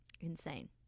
insane